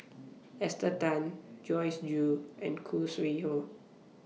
Esther Tan Joyce Jue and Khoo Sui Hoe